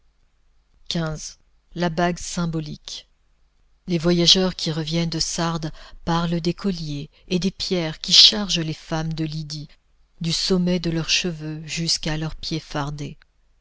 la bague symbolique les voyageurs qui reviennent de sardes parlent des colliers et des pierres qui chargent les femmes de lydie du sommet de leurs cheveux jusqu'à leurs pieds fardés